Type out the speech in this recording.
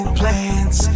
plans